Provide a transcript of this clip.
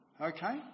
Okay